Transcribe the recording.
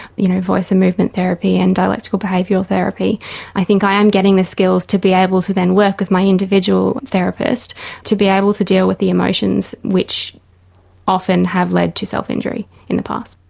you know voice and movement therapy and dialectical behaviour therapy i think i am getting the skills to be able able to then work with my individual therapist to be able to deal with the emotions which often have led to self injury in the past.